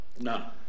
No